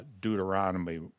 Deuteronomy